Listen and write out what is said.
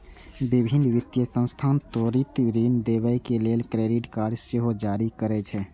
विभिन्न वित्तीय संस्थान त्वरित ऋण देबय लेल क्रेडिट कार्ड सेहो जारी करै छै